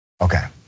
Okay